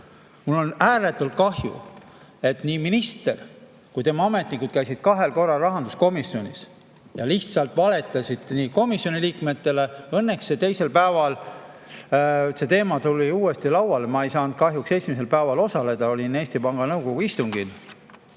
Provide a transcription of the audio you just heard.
Mul on ääretult kahju, et nii minister kui tema ametnikud käisid kahel korral rahanduskomisjonis ja lihtsalt valetasid komisjoni liikmetele. Õnneks teisel päeval see teema tuli uuesti lauale. Ma ei saanud kahjuks esimesel päeval osaleda, olin Eesti Panga Nõukogu istungil.